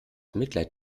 mitleid